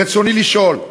רצוני לשאול: